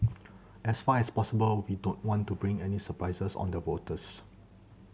as far as possible we don't want to bring any surprises on the voters